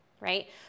right